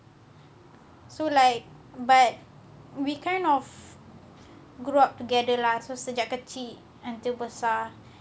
so like but we kind of grow up together lah so sejak kecil until besar